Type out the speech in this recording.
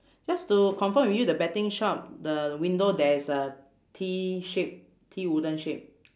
just to confirm with you the betting shop the window there's a T shape T wooden shape